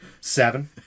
Seven